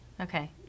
Okay